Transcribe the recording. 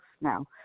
now